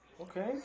Okay